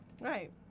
Right